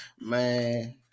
Man